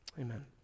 amen